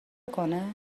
کنه